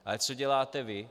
Ale co děláte vy?